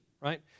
right